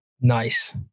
Nice